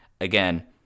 Again